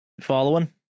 Following